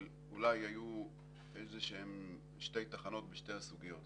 אבל אולי היו שתי תחנות בשתי הסוגיות,